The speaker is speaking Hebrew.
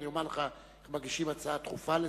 אומר לך איך מגישים הצעה דחופה לסדר-היום.